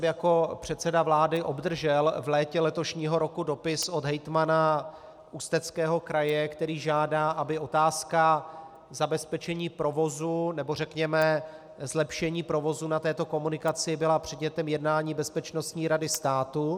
Jako předseda vlády jsem obdržel v létě letošního roku dopis od hejtmana Ústeckého kraje, který žádá, aby otázka zabezpečení provozu, nebo řekněme zlepšení provozu na této komunikaci byla předmětem jednání Bezpečnostní rady státu.